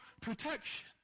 protection